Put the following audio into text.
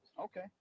Okay